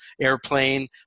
airplane